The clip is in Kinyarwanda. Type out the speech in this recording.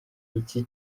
iki